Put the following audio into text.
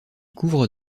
couvre